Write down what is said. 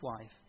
wife